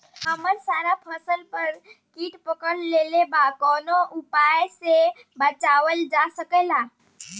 हमर सारा फसल पर कीट पकड़ लेले बा कवनो उपाय से बचावल जा सकेला?